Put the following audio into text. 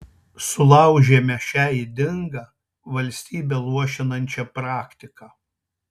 sulaužėme šią ydingą valstybę luošinančią praktiką